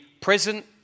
present